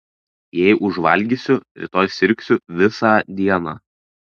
jei užvalgysiu rytoj sirgsiu visą dieną